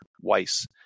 Weiss